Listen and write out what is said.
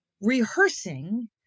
rehearsing